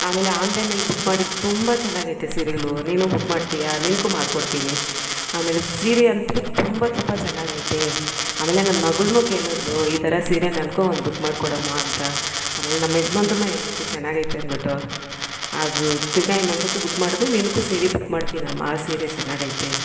ಆಮೇಲೆ ಆನ್ಲೈನಲ್ಲಿ ಬುಕ್ ಮಾಡಿದ್ದೆ ತುಂಬ ಚೆನ್ನಾಗೈತೆ ಸೀರೆಗಳು ನೀನು ಬುಕ್ ಮಾಡ್ತೀಯ ನಿನಗೂ ಮಾಡ್ಕೊಡ್ತೀನಿ ಆಮೇಲೆ ಸೀರೆ ಅಂತು ತುಂಬ ತುಂಬ ಚೆನ್ನಾಗೈತೆ ಆಮೇಲೆ ನನ್ನ ಮಗಳೂ ಕೇಳಿದ್ಳು ಈ ಥರ ಸೀರೆ ನನಗೂ ಒಂದು ಬುಕ್ ಮಾಡ್ಕೊಡಮ್ಮ ಅಂತ ಆಮೇಲೆ ನಮ್ಮ ಯಜಮಾನ್ರೂ ಹೇಳಿದ್ದು ಚೆನಾಗೈತೆ ಅಂದ್ಬಿಟ್ಟು ಅದು ತಿರುಗಾ ಇನ್ನೊಂದ್ಸತಿ ಬುಕ್ ಮಾಡಿದ್ರೆ ನಿನಗೂ ಸೇರಿ ಬುಕ್ ಮಾಡ್ತೀನಮ್ಮ ಆ ಸೀರೆ ಚೆನ್ನಾಗೈತೆ